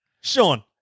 Sean